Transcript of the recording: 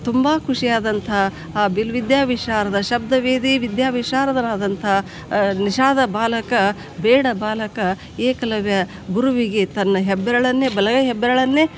ತುಂಬ ಖುಷಿಯಾದಂಥ ಆ ಬಿಲ್ವಿದ್ಯಾ ವಿಶಾರದ ಶಬ್ದವೇದಿ ವಿದ್ಯಾವಿಶಾರದರಾದಂಥ ನಿಷಾದ ಬಾಲಕ ಬೇಡ ಬಾಲಕ ಏಕಲವ್ಯ ಗುರುವಿಗೆ ತನ್ನ ಹೆಬ್ಬೆರಳನ್ನೇ ಬಲಗೈ ಹೆಬ್ಬೆರಳನ್ನೇ